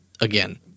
again